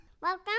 Welcome